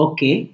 Okay